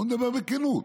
בוא נדבר בכנות,